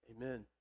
Amen